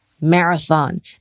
marathon